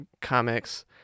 comics